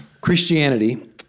Christianity